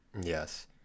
Yes